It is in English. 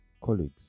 colleagues